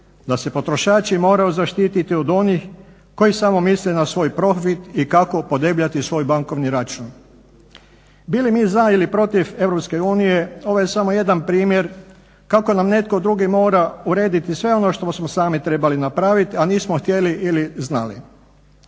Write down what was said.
da se potrošači moraju zaštititi od onih koji samo misle na svoj profit i kako podebljati svoj bankovni račun. Bili mi za ili protiv Europske unije, ovo je samo jedna primjer kako nam netko drugi mora urediti sve ono što smo sami trebali napraviti, a nismo htjeli ili znali.